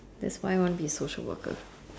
that's why want be social worker